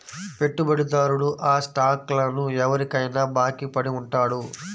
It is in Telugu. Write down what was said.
పెట్టుబడిదారుడు ఆ స్టాక్లను ఎవరికైనా బాకీ పడి ఉంటాడు